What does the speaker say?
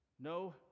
no